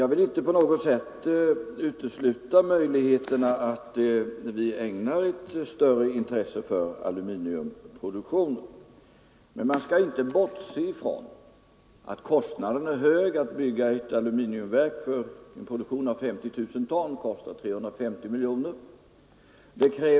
Jag vill inte på något sätt utesluta möjligheterna att vi ägnar ett större intresse åt aluminiumproduktionen. Men man skall inte bortse från att kostnaden är hög. Att bygga ett aluminiumverk för produktion av 50 000 ton kostar 350 miljoner kronor.